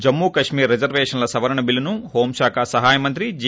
జమ్ము కశ్మీర్ రిజర్వేషన్ల సవరణ బిల్లును హోంశాఖ సహాయ మంత్రి జి